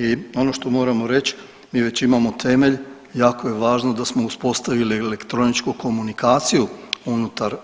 I ono što moramo reć mi već imamo temelj, jako je važno da smo uspostavili elektroničku komunikaciju unutar